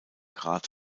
grad